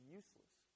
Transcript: useless